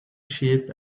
sheep